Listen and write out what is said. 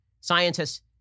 scientists